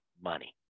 money